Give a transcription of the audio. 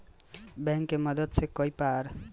bank के मदद से कई बार गलत कागज के आधार पर कर्जा लिहल जाला